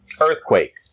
Earthquake